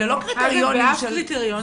אלה לא קריטריונים של זרוע העבודה.